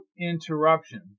interruption